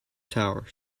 tower